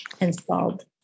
installed